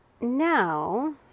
Now